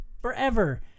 Forever